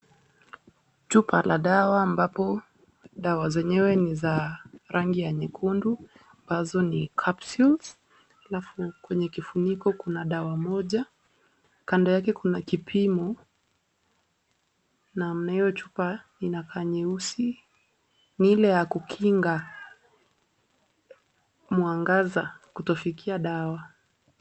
Chupa la dawa ambapo dawa zenyewe ni za rangi ya nyekundu ambazo ni Capsules halafu kwenye kifuniko kuna dawa moja. Kando yake kuna kipimo na hiyo chupa inakaa nyeusi ni ile ya kukinga mwangaza kutofikia dawa.